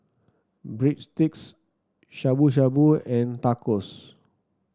Breadsticks Shabu Shabu and Tacos